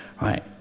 Right